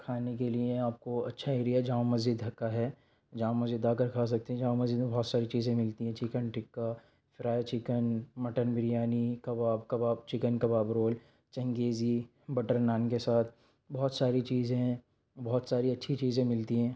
کھانے کے لئے آپ کو اچھا ایریا ہے جامع مسجد کا ہے جامع مسجد آ کر کھا سکتے ہیں جامع مسجد میں بہت ساری چیزیں ملتی ہیں chicken tikka fry chicken mutton biryani kebab kebab chicken kebab roll changezi butter naan کے ساتھ بہت ساری چیزیں ہیں بہت ساری اچھی چیزیں ملتی ہیں